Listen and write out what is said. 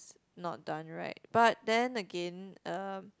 ~s not done right but then again uh